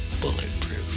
bulletproof